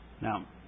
Now